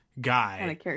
guy